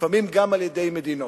לפעמים גם על-ידי מדינות.